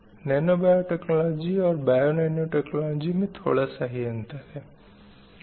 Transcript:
nano biotechnology और bionanotechnology में थोड़ा सा ही अंतर होता है